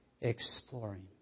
exploring